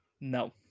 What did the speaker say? No